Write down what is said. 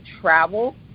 travel